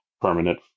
permanent